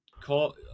call